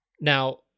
Now